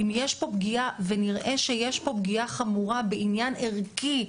אם יש פה פגיעה ונראה שיש פה פגיעה חמורה בעניין ערכי,